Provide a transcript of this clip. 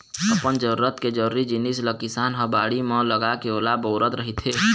अपन जरूरत के जरुरी जिनिस ल किसान ह बाड़ी म लगाके ओला बउरत रहिथे